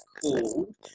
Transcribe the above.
called